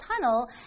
Tunnel